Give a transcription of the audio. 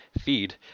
feed